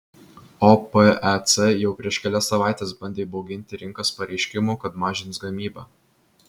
opec jau prieš kelias savaites bandė įbauginti rinkas pareiškimu kad mažins gamybą